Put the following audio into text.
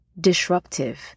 disruptive